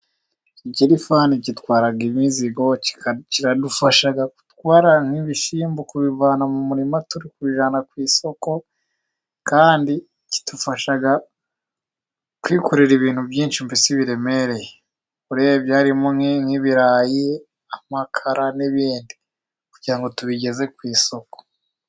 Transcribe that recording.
Iki rifani gitwara imizigo, kinadufasha gutwara nk'ibishimbo kubivana mu murima turi kubijyana ku isoko, kandi kidufasha kwikorera ibintu byinshi, mbese biremereye, urebye nk'ibirayi, amakara, n'ibindi kugira ngo tubigeze ku isoko.